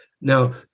Now